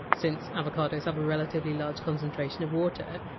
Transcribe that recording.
since avocados have a relatively large concentration of water.